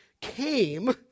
came